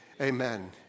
Amen